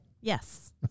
Yes